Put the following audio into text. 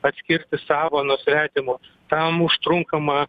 atskirti savą nuo svetimo tam užtrunkama